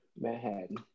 Manhattan